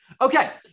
Okay